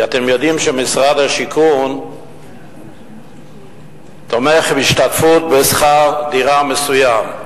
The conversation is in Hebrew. כי אתם יודעים שמשרד השיכון תומך בהשתתפות בשכר דירה מסוים,